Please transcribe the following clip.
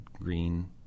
green